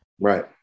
Right